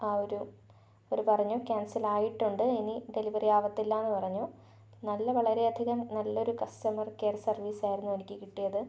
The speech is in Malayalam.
ആ ഒരു അവർ പറഞ്ഞു ക്യാൻസൽ ആയിട്ടുണ്ട് ഇനി ഡെലിവറി ആകത്തില്ലയെന്നു പറഞ്ഞു നല്ല വളരെയധികം നല്ലൊരു കസ്റ്റമർ കെയർ സർവീസായിരുന്നു എനിക്ക് കിട്ടിയത്